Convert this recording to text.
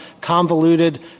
convoluted